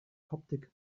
coptic